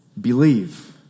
Believe